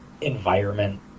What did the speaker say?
environment